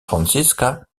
franziska